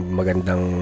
magandang